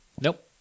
Nope